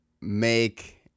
make